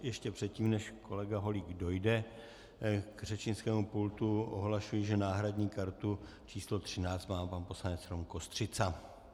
Ještě předtím, než kolega Holík dojde k řečnickému pultu, ohlašuji, že náhradní kartu č. 13 má pan poslanec Rom Kostřica.